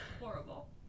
horrible